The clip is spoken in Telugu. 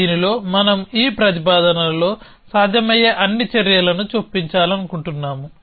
దీనిలో మనం ఈ ప్రతిపాదనలలో సాధ్యమయ్యే అన్ని చర్యలను చొప్పించాలనుకుంటున్నాము